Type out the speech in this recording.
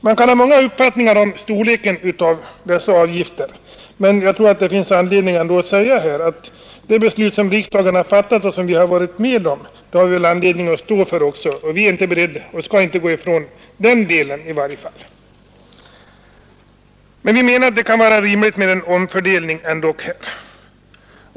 Man kan ha många uppfattningar om storleken av dessa avgifter. Det finns ändock anledning säga att vi bör stå fast vid det beslut som riksdagen fattat. Vi menar att det dock kan vara rimligt med en omfördelning.